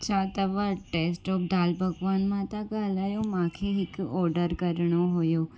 छा तव्हां taste of dal pakwan मां था ॻाल्हायो मांखे हिकु ऑडर करिणो हुओ